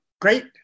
Great